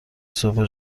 صبح